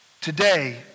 Today